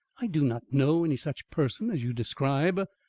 i do not know any such person as you describe.